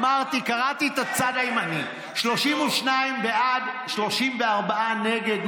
אמרתי, קראתי את הצד הימני: 32 בעד, 34 נגד.